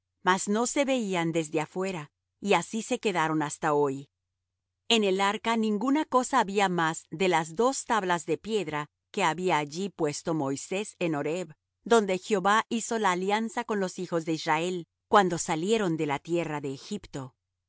mas no se veían desde afuera y así se quedaron hasta hoy en el arca ninguna cosa había más de las dos tablas de piedra que había allí puesto moisés en horeb donde jehová hizo la alianza con los hijos de israel cuando salieron de la tierra de egipto